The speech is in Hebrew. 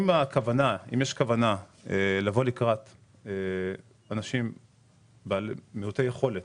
אם יש כוונה לבוא לקראת אנשים מעוטי יכולת,